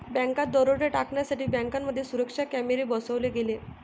बँकात दरोडे टाळण्यासाठी बँकांमध्ये सुरक्षा कॅमेरे बसवले गेले